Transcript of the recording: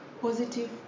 positive